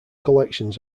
collections